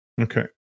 Okay